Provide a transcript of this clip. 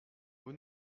vos